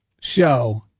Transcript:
show